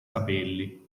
capelli